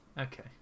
okay